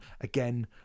Again